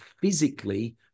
physically